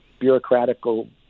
bureaucratical